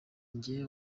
nge